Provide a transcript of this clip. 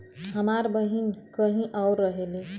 हमार बहिन कहीं और रहेली